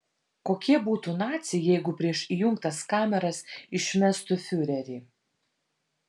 kokie būtų naciai jeigu prieš įjungtas kameras išmestų fiurerį